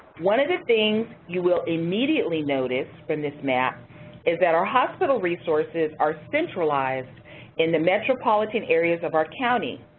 one of the things you will immediately notice from this map is that our hospital resources are centralized in the metropolitan areas of our county.